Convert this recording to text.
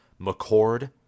McCord